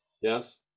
yes